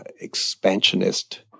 expansionist